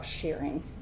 sharing